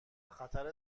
خطر